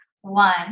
One